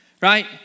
right